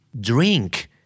Drink